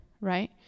right